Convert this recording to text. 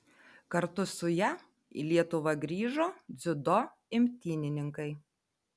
kartu su ja į lietuvą grįžo dziudo imtynininkai